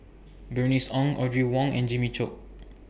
Bernice Ong Audrey Wong and Jimmy Chok